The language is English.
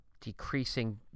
decreasing